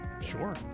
sure